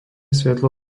svetlo